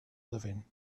living